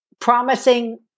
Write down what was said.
promising